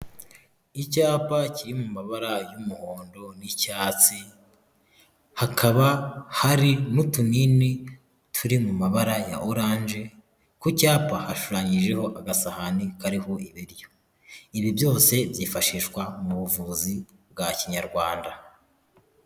Icyapa kiri mu mabara y'umuhondo n'icyatsi, hakaba hari n'utunini turi mu mabara ya oranje, ku cyapa hashushanyijeho agasahani kariho ibiryo, ibi byose byifashishwa mu buvuzi bwa kinyarwanda.